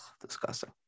Disgusting